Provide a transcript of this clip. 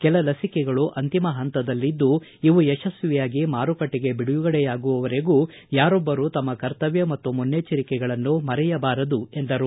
ಕೆಲ ಲಸಿಕೆಗಳು ಅಂತಿಮ ಹಂತದಲ್ಲಿದ್ದು ಇವು ಯಶಸ್ವಿಯಾಗಿ ಮಾರುಕಟ್ಟಿಗೆ ಬಿಡುಗಡೆಯಾಗುವವರೆಗೂ ಯಾರೊಬ್ಬರೂ ತಮ್ಮ ಕರ್ತವ್ದ ಮತ್ತು ಮುನ್ನೆಜ್ಜಂಕಿಗಳನ್ನು ಮರೆಯಬಾರದು ಎಂದರು